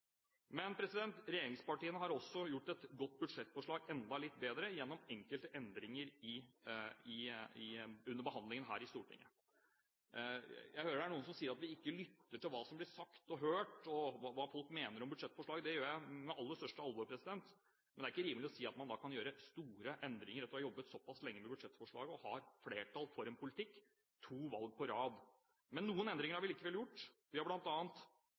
Men regjeringspartiene har også gjort et godt budsjettforslag enda litt bedre gjennom enkelte endringer under behandlingen her i Stortinget. Jeg hører det er noen som sier at vi ikke lytter til hva som blir sagt og hørt, og hva folk mener om budsjettforslaget. Det gjør jeg med aller største alvor. Men det er ikke rimelig å si at man kan gjøre store endringer etter å ha jobbet såpass lenge med budsjettforslaget og har flertall for en politikk to valg på rad. Men noen endringer har vi likevel gjort. Vi har